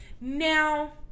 Now